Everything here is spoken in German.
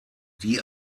die